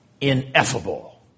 ineffable